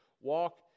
walk